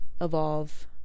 evolve